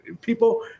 people